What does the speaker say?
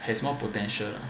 has more potential